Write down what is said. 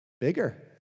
bigger